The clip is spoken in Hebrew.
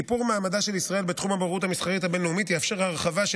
שיפור מעמדה של ישראל בתחום הבוררות המסחרית הבין-לאומית יאפשר הרחבה של